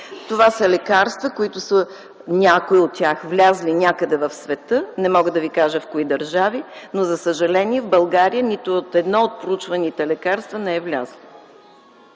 Това са лекарства, някои от тях са влезли някъде в света – не мога да Ви кажа в кои държави, но за съжаление в България нито едно от проучваните лекарства не е влязло.